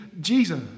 Jesus